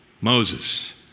Moses